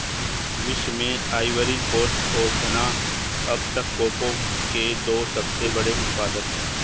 विश्व में Ivory Coast और घना अब तक कोको के दो सबसे बड़े उत्पादक है